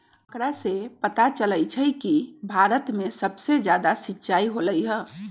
आंकड़ा से पता चलई छई कि भारत में सबसे जादा सिंचाई होलई ह